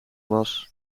was